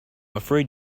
afraid